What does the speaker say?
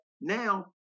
Now